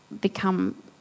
become